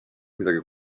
midagi